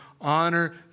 honor